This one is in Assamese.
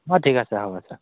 অঁ ঠিক আছে হ'ব ছাৰ